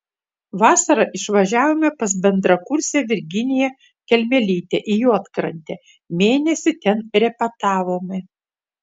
vasarą išvažiavome pas bendrakursę virginiją kelmelytę į juodkrantę mėnesį ten repetavome